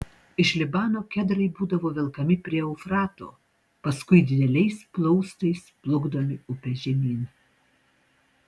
iš libano kedrai būdavo velkami prie eufrato paskui dideliais plaustais plukdomi upe žemyn